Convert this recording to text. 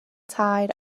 tair